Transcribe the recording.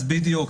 בדיוק.